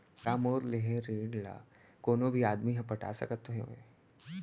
का मोर लेहे ऋण ला कोनो भी आदमी ह पटा सकथव हे?